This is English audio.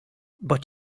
but